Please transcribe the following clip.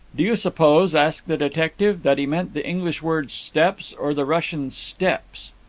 do you suppose, asked the detective, that he meant the english word, steps, or the russian, steppes?